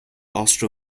austro